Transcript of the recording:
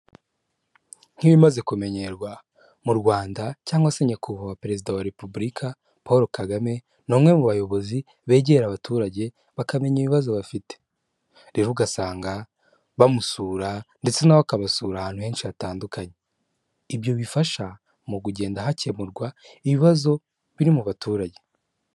Nk'ibimaze kumenyerwa mu Rwanda, cyangwa se nyakubahwa perezida wa repubulika Paul Kagame ni umwe mu bayobozi begera abaturage bakamenya ibibazo bafite, rero ugasanga bamusura ndetse nawe akabasura ahantu henshi hatandukanye, ibyo bifasha mu kugenda hakemurwa ibibazo biri mu baturage.